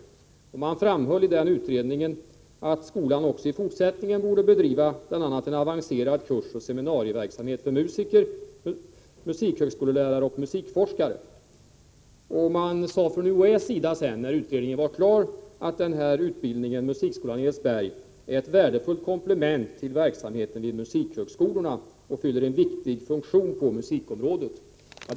Utredningen framhöll också att skolan även i fortsättningen borde bedriva bl.a. en avancerad kursoch seminarieverksamhet för musiker, musikhögskolelärare och musikforskare. När utredningen var klar sades från UHÄ:s sida, att den här utbildningen vid musikskolan i Edsberg är ett värdefullt komplement till verksamheten vid musikhögskolorna och fyller en viktig funktion på musikområdet.